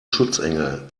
schutzengel